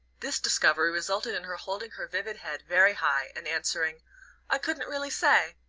this discovery resulted in her holding her vivid head very high, and answering i couldn't really say,